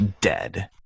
dead